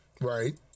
Right